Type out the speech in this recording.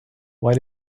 why